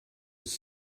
was